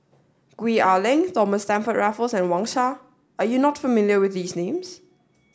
Gwee Ah Leng Thomas Stamford Raffles and Wang Sha are you not familiar with these names